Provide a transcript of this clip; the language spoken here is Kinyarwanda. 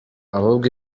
ahubwo